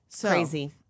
Crazy